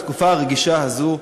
בתקופה הרגישה הזאת,